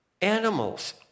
animals